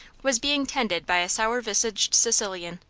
was being tended by a sour-visaged sicilian.